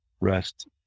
rest